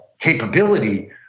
capability